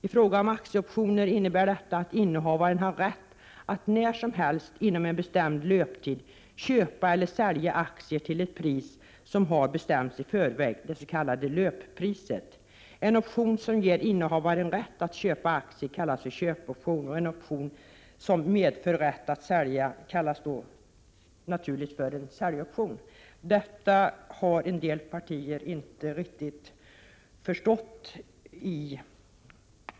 I fråga om aktieoptioner innebär detta att innehavaren har rätt att när som helst inom en bestämd löptid köpa eller sälja aktier till ett pris som har bestämts i förväg, det s.k. löppriset. En option som ger innehavaren rätt att köpa aktier kallas för köpoption, och en option som medför rätt att sälja aktier kallas för säljoption. Detta har en del partier inte riktigt förstått.